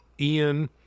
Ian